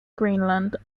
greenland